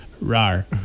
RAR